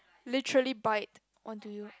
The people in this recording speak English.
literally bite onto you